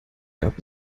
gab